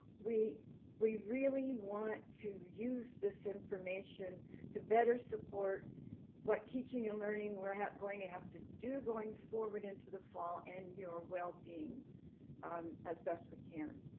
we we really want to use this information to better support what teaching and learning we're going to have to do going forward into the fall and your well-being as best we can.